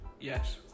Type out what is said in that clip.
Yes